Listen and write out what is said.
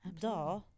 duh